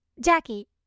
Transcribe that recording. Jackie